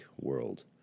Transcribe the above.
world